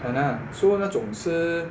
!hanna! so 那种是